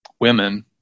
women